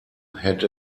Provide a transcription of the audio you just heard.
had